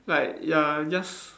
like ya just